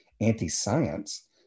anti-science